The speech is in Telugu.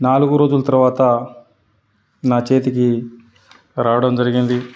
నాలుగు రోజులు తర్వాత నా చేతికి రావడం జరిగింది